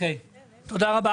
תודה רבה.